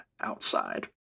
outside